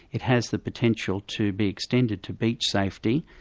it has the potential to be extended to beach safety,